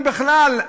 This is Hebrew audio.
אם בכלל,